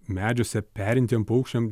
medžiuose perintiem paukščiam